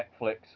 Netflix